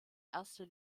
erster